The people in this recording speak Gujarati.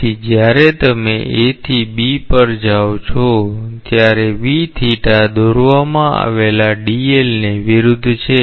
તેથી જ્યારે તમે A થી B પર જાઓ છો ત્યારે દોરવામાં આવેલ dl ની વિરુદ્ધ છે